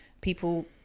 People